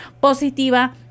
positiva